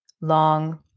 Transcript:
long